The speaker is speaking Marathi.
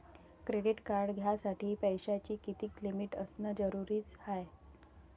क्रेडिट कार्ड घ्यासाठी पैशाची कितीक लिमिट असनं जरुरीच हाय?